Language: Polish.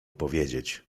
powiedzieć